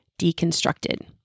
deconstructed